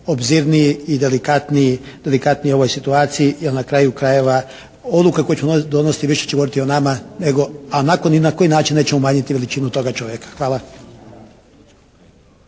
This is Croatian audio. obzirniji i delikatniji u ovoj situaciji. Jer na kraju krajeva odluke koje ćemo donositi više će govoriti o nama, a nakon i na koji način nećemo umanjiti niti veličinu toga čovjeka. Hvala.